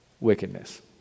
wickedness